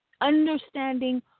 understanding